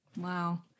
Wow